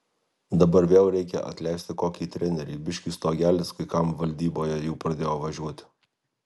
dabar vėl reikia atleisti kokį trenerį biški stogelis kai kam valdyboje jau pradėjo važiuoti